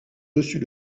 dessus